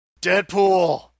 Deadpool